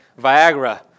Viagra